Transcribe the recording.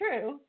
true